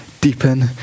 deepen